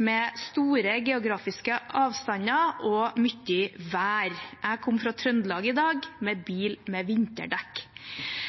med store geografiske avstander og mye vær. Jeg kom fra Trøndelag i dag – med bil med vinterdekk